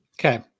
okay